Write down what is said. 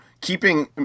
keeping